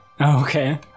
Okay